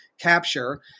capture